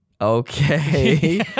Okay